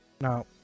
Now